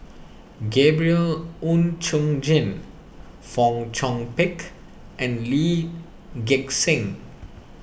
Gabriel Oon Chong Jin Fong Chong Pik and Lee Gek Seng